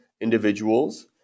individuals